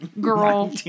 girl